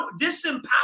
disempowered